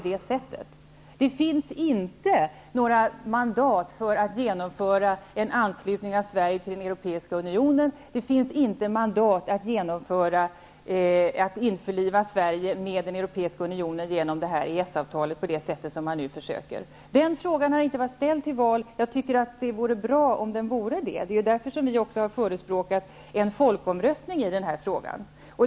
Det finns inte mandat att genomföra en anslutning av Sverige till den europeiska unionen, och det finns inte mandat att införliva Sverige med den europeiska unionen genom EES-avtalet på det sätt som det nu försöks med. Frågan har inte underställts väljarna, men det vore bra om så vore fallet. Det är därför som vi har förespråkat en folkomröstning i den här frågan.